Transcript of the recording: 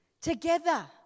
together